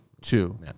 Two